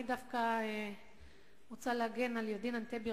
אני דווקא רוצה להגן על ידין ענתבי,